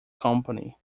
company